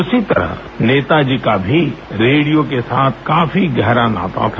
उसी तरह नेताजी का भी रेडियो के साथ काफी गहरा नाता था